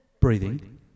breathing